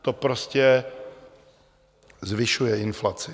To prostě zvyšuje inflaci.